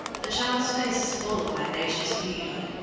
the child's face is full of vivacious beauty,